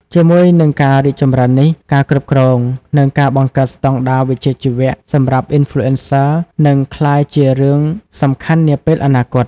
ជាមួយនឹងការរីកចម្រើននេះ ការគ្រប់គ្រង និងការបង្កើតស្តង់ដារវិជ្ជាជីវៈសម្រាប់ Influencer នឹងក្លាយជារឿងសំខាន់នាពេលអនាគត។